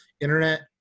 internet